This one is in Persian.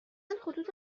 خطوط